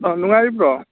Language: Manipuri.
ꯅꯨꯡꯉꯥꯏꯔꯤꯕ꯭ꯔꯣ